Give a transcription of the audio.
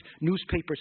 newspapers